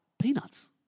Peanuts